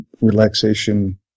relaxation